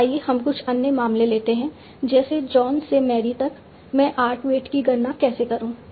तो आइए हम कुछ अन्य मामले लेते हैं जैसे जॉन से मैरी तक मैं आर्क वेट की गणना कैसे करूं